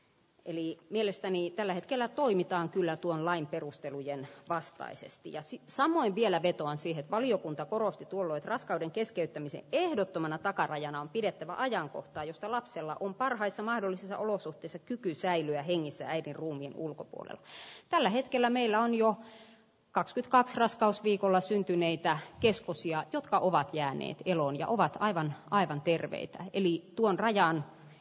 ei mielestäni tällä hetkellä toimitaan kyllä tuon lain perustelujen vastaisesti jäisi sahan vielä vetoaa siihen valiokunta korosti tuolloin raskauden keskeyttämisen ehdottomana takarajana on pidettävä ajankohtaa josta lapsella kun parhaissa mahdollisissa olosuhteissa kyky säilyä hengissä äidin ruumiin ulkopuolelle jos tällä hetkellä meillä on jo kakskytkaks raskausviikolla syntyneitä keskus ja jotka ovat jääneet eloon ja ovat aivan aidon piirteitä eli tuon rajan